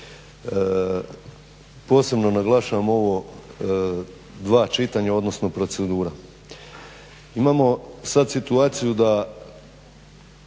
posebno naglašavam ova dva čitanja, odnosno procedura. Imamo sad situaciju da